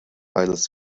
eines